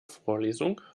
vorlesung